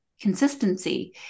consistency